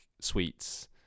sweets